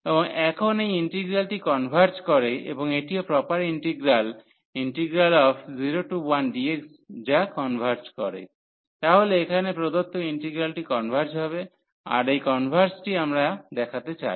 এবং এখন এই ইন্টিগ্রালটি কনভার্জ করে এবং এটিও প্রপার ইন্টিগ্রাল 0 1dx যা কনভার্জ করে তাহলে এখানে প্রদত্ত ইন্টিগ্রালটি কনভার্জ হবে আর এই কনভার্জটিই আমরা দেখাতে চাই